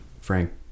frank